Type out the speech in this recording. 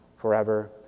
forever